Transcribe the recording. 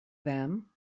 them